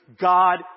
God